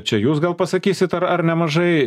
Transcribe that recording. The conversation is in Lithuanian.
čia jūs gal pasakysit ar ar nemažai